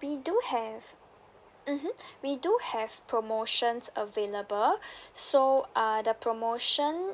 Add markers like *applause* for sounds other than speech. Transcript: we do have mmhmm we do have promotions available *breath* so uh the promotion